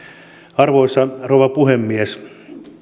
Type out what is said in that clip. arvoisa rouva puhemies